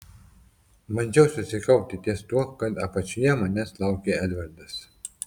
bandžiau susikaupti ties tuo kad apačioje manęs laukė edvardas